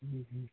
ठीक है